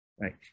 right